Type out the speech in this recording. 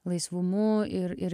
laisvumu ir ir